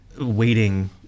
waiting